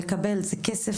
לקבל כסף,